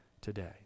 today